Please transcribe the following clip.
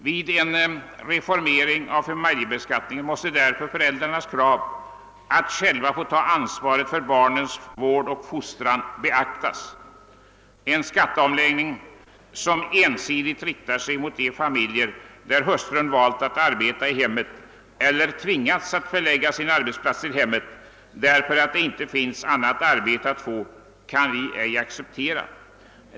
Vid en reformering av familjebeskattningen måste därför föräldrarnas krav att själva få ta ansvaret för barnens vård och fostran beaktas. En skatteomläggning, som ensidigt inriktar sig mot de familjer där hustrun valt att arbeta i hemmet eller tvingats att förlägga sin arbetsplats till hemmet, därför att det inte finns annat arbete att få, kan vi ej acceptera.